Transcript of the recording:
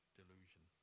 delusion